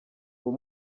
uwo